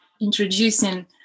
introducing